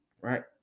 Right